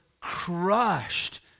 crushed